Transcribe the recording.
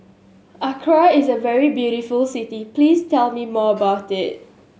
Accra is a very beautiful city please tell me more about it